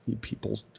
people